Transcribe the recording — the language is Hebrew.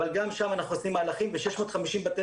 אבל גם שם אנחנו עושים מהלכים ו-650 בתי